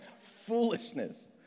Foolishness